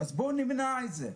אז בואו נמנע את זה.